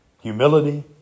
humility